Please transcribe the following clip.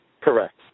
Correct